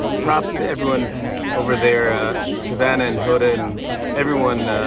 props to everyone over there savannah and hoda and everyone,